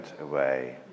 away